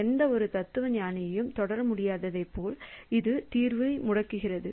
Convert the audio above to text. எந்தவொரு தத்துவஞானியும் தொடர முடியாததைப் போல இது தீர்வை முடக்குகிறது